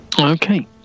Okay